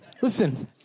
Listen